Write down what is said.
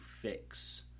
fix